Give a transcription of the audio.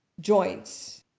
joints